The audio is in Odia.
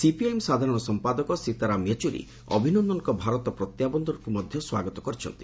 ସିପିଆଇଏମ୍ ସାଧାରଣ ସମ୍ପାଦକ ସୀତାରାମ ୟେଚ୍ରରୀ ଅଭିନନ୍ଦନଙ୍କ ଭାରତ ପ୍ରତ୍ୟାବର୍ତ୍ତନକ୍ତ ମଧ୍ୟ ସ୍ୱାଗତ କରିଛନ୍ତି